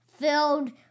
filled